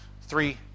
three